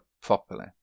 properly